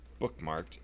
bookmarked